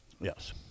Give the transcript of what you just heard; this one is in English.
Yes